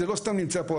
זה לא סתם נמצא פה,